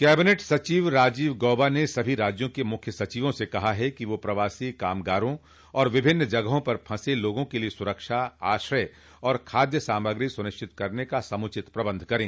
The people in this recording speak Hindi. कैबिनेट सचिव राजीव गौबा ने सभी राज्यों के मुख्य सचिवों से कहा है कि वे प्रवासी कामगारों और विभिन्न जगहों पर फंसे लोगों के लिए सुरक्षा आश्रय और खाद्य सामग्री सुनिश्चित करने का समुचित प्रबंध करें